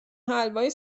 حلوای